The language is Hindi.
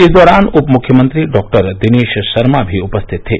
इस दौरान उप मुख्यमंत्री डॉक्टर दिनेश शर्मा भी उपस्थित थे